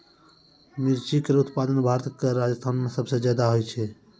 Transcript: मिर्ची केरो उत्पादन भारत क राजस्थान म सबसे जादा होय छै